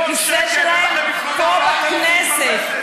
את הכיסא שלהם פה בכנסת.